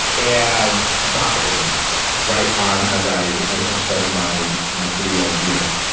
and doca is announced right on as i am starting my my three l year.